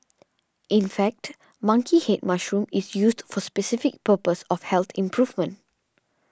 in fact monkey head mushroom is used for specific purpose of health improvement